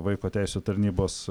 vaiko teisių tarnybos